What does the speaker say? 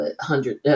hundred